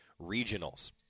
regionals